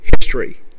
history